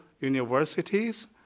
universities